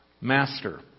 master